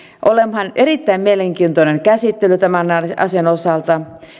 olemaan erittäin mielenkiintoinen käsittely tämän asian osalta